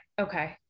okay